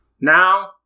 Now